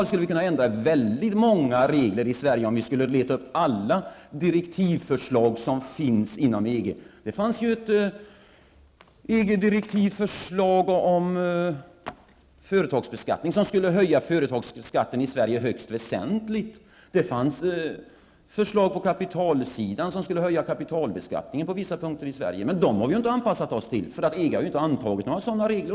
Vi skulle i så fall kunna ändra många regler i Sverige, om vi letade upp alla förslag till direktiv som finns inom EG. Det fanns ett förslag om EG-direktiv för företagsbeskattning som skulle höja företagsskatten i Sverige högst väsentligt. Det fanns ett förslag på kapitalsidan som skulle höja kapitalbeskattningen på vissa områden i Sverige. Men dem har vi inte anpassat oss till! EG har nämligen inte antagit några sådana regler.